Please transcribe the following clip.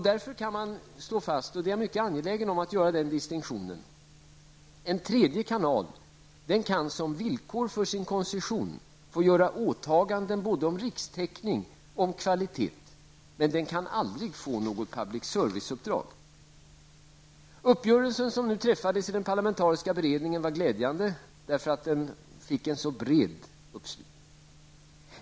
Därför kan man slå fast -- och jag är mycket angelägen om att göra den distinktionen -- att en tredje kanal kan som villkor för sin koncession få göra åtaganden både om rikstäckning och kvalitet, men den kan aldrig få något public service-uppdrag. Den uppgörelse som träffades i den parlamentariska beredningen var glädjande, därför att den fick en så bred uppslutning.